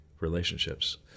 relationships